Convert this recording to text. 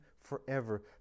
forever